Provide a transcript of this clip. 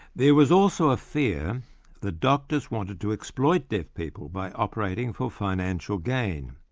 there was also a fear that doctors wanted to exploit deaf people by operating for financial gain.